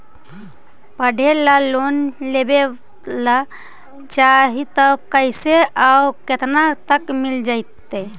पढ़े ल लोन लेबे ल चाह ही त कैसे औ केतना तक मिल जितै?